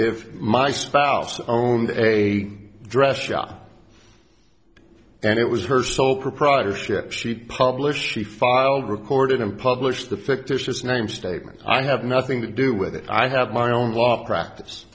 if my spouse owned a dress shop and it was her sole proprietorship she published she filed recorded and published the fictitious name statement i have nothing to do with it i have my own law practice